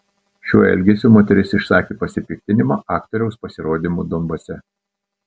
šiuo elgesiu moteris išsakė pasipiktinimą aktoriaus pasirodymu donbase